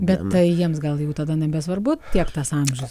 bet tai jiems gal jau tada nebesvarbu tiek tas amžius